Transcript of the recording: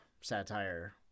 Satire